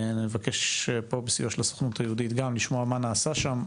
נבקש פה בסיוע של הסוכנות היהודית גם לשמוע מה נעשה שם,